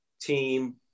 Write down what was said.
team